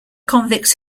convicts